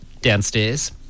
downstairs